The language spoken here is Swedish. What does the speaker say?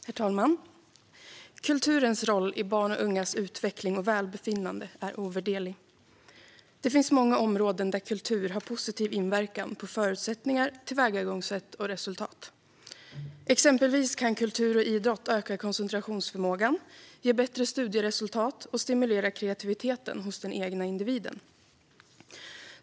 Herr talman! Kulturens roll i barns och ungas utveckling och välbefinnande är ovärderlig. Det finns många områden där kultur har stor positiv inverkan på förutsättningar, tillvägagångssätt och resultat. Exempelvis kan kultur och idrott öka koncentrationsförmågan, ge bättre studieresultat och stimulera kreativiteten hos den egna individen.